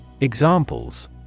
Examples